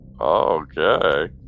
Okay